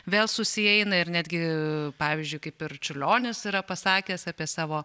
vėl susieina ir netgi pavyzdžiui kaip ir čiurlionis yra pasakęs apie savo